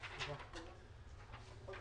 מיסיונית.